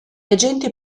agenti